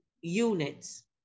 units